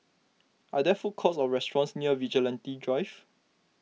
are there food courts or restaurants near Vigilante Drive